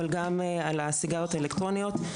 אבל גם על הסיגריות האלקטרוניות.